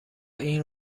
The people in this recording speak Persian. این